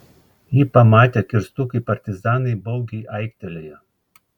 jį pamatę kirstukai partizanai baugiai aiktelėjo